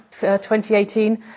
2018